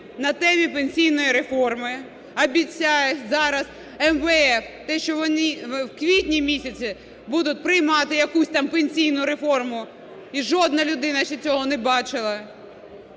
на темі пенсійної реформи, обіцяє зараз МВФ те, що вони в квітні місяці будуть приймати якусь там пенсійну реформу, і жодна людина ще цього не бачила?